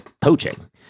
poaching